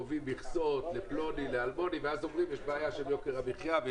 קובעים מכסות לפלוני ולאלמוני ואז אומרים שיש בעיה של יוקר המחיה.